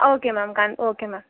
ஆ okay ma'am கண் okay ma'am